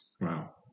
Wow